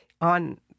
on